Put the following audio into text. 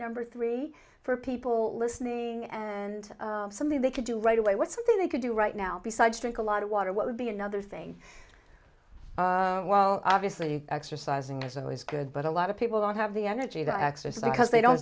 number three for people listening and something they could do right away what's something they could do right now besides drink a lot of water what would be another thing well obviously exercising is always good but a lot of people don't have the energy to exercise because they don't